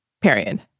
period